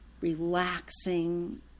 relaxing